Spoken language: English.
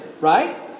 right